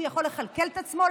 הוא יכול לכלכל את עצמו?